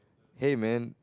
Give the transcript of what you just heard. hey man